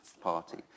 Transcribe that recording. party